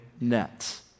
nets